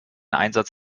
einsatz